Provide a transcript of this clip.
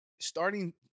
starting